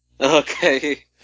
Okay